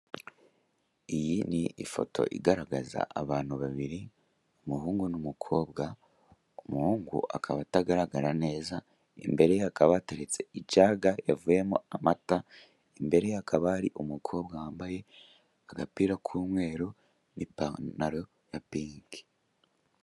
Iyi ni ifoto igaragaza abantu babiri, umuhungu n'umukobwa: umuhungu akaba atagaragara neza, imbere ye hakaba hateretse ijage yavuyemo amata, imbere ye hakaba hari umukobwa wambaye agapira k'umweru n'ipantaro ya pinki.